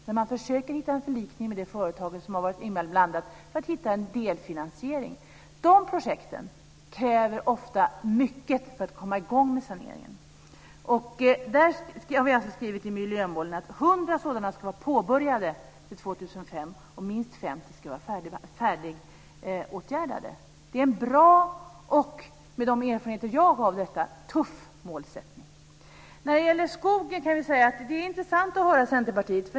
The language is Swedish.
Där försöker man hitta en förlikning med det företag som har varit inblandat för att hitta en delfinansiering. De projekten kräver ofta mycket för att man ska komma i gång med saneringen. Vi har alltså skrivit i miljömålen att 100 sådana ska vara påbörjade till 2005 och minst 50 ska vara färdigåtgärdade. Det är en bra och, men de erfarenheter jag har av detta, tuff målsättning. När det gäller skogen är det intressant att höra Centerpartiet.